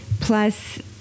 Plus